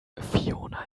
fiona